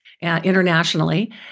internationally